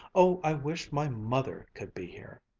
oh, i wish my mother could be here!